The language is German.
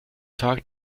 tag